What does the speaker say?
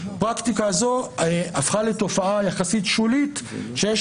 פרקטיקה זו הפכה לתופעה יחסית שולית שיש